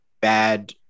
bad